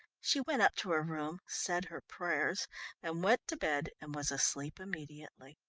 she went up to her room, said her prayers and went to bed and was asleep immediately.